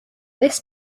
this